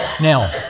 Now